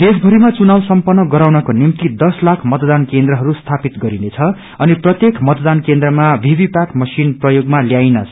देशभरिमा चुनाव सम्पन्न गराउनको निम्ति लाख मतदान केन्द्रहरू स्थापित गरिनेछ अनि प्रत्येक मतदान केन्द्रमा भीभीप्याट मशीन प्रयोगमा ल्याइनेछ